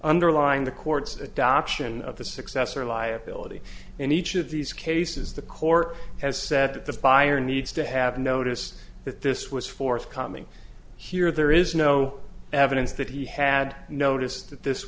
underlying the court's adoption of the successor liability in each of these cases the corps has said that the buyer needs to have notice that this was forthcoming here there is no evidence that he had noticed that this